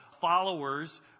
followers